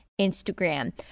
Instagram